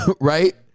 right